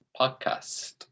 podcast